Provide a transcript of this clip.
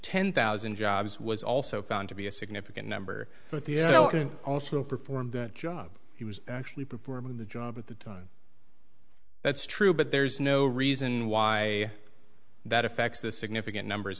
ten thousand jobs was also found to be a significant number but the can also perform the job he was actually perform the job at the time that's true but there's no reason why that affects the significant numbers